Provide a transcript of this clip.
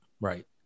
Right